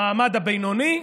המעמד הבינוני.